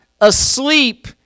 asleep